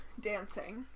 Dancing